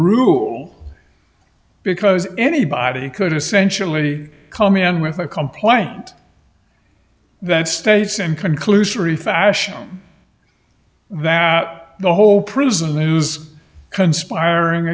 rule because anybody could essentially come in with a complaint that states in conclusory fashion that the whole prison news is conspiring